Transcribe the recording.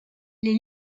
les